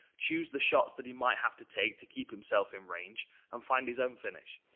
choose the shots that he might have to take to keep himself in range and find his own finish.